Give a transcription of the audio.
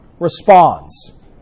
responds